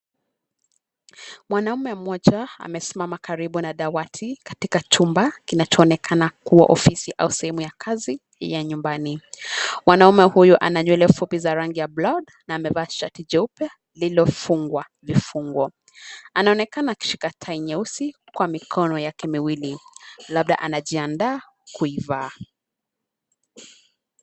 Mwanamme mmoja amesimama karibu na dawati katika chumba kinachoonekana kuwa ofisi au sehemu ya kazi ya nyumbani. Mwanamme huyu ana nywele fupi za rangi ya blonde na amevaa shati jeupe lililofungwa vifungo. Anaonekana akishika tai nyeusi kwa mikono yake miwili, labda anajiandaa kuivaa.